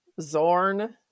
Zorn